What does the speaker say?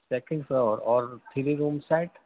second floor اور three room set